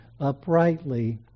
uprightly